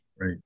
Right